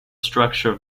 structure